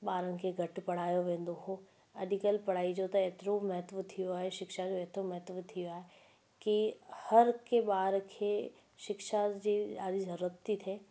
ॿारनि खे घटि पढ़ायो वेंदो हुओ अॼुकल्ह पढ़ाई जो त एतिरो महत्व थियो आहे शिक्षा जो एतिरो महत्व थियो आहे की हरु कंहिं ॿार खे शिक्षा जी ॾाढी ज़रूरत थी थिए